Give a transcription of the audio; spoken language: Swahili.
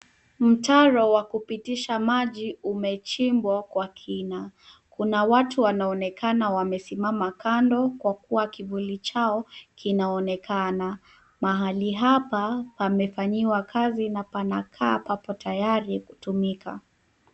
Mtaro wa kupitisha maji umechimbwa kwa kina. Kuna watu wanaonekana wamesimama kando kwa kuwa kivuli chao kinaonekana. Mahali hapa pamefanyiwa kazi na panakaa papo tayari kutumika.